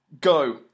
go